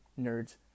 nerds